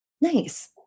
Nice